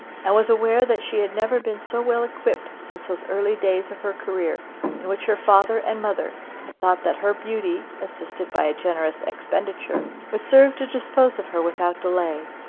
and was aware that she had never been so well equipped since those early days of her career in which her father and mother had thought that her beauty, assisted by a generous expenditure, would serve to dispose of her without delay.